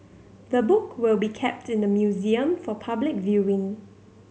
the book will be kept in the museum for public viewing